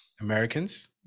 americans